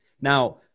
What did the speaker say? Now